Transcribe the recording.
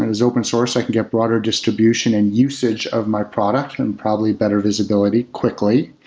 as open source, i could get broader distribution and usage of my product and probably better visibility quickly.